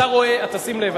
תשים לב,